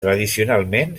tradicionalment